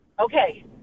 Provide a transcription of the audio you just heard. Okay